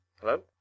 Hello